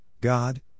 God